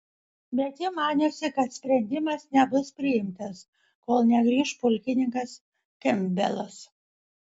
bet ji maniusi kad sprendimas nebus priimtas kol negrįš pulkininkas kempbelas